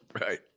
right